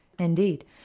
Indeed